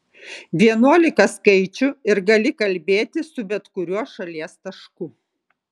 vienuolika skaičių ir gali kalbėti su bet kuriuo šalies tašku